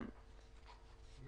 ההתשובה?